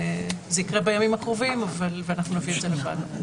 זה יקרה בימים הקרובים ואנחנו נביא את זה לוועדה.